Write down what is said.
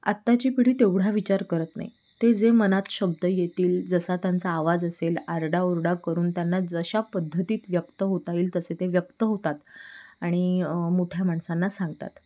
आत्ताची पिढी तेवढा विचार करत नाही ते जे मनात शब्द येतील जसा त्यांचा आवाज असेल आरडाओरडा करून त्यांना जशा पद्धतीत व्यक्त होता येईल तसे ते व्यक्त होतात आणि मोठ्या माणसांना सांगतात